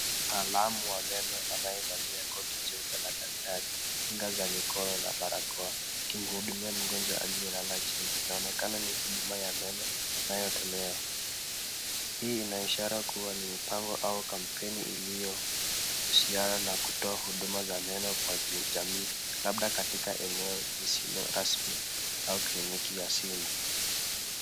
Mtaalamu wa meno, anayevalia koti jeupe la daktari, kinga za mkono na barakoa, akimhudumia mgonjwa aliyelala chini. Inaonekana ni huduma ya meno inayotolewa. Hii inaishara kuwa, ni mpango au kampeni iliyohusiana na kutoa huduma za meno kwa jamii, labda katika eneo lisilo rasmi au kliniki ya simu.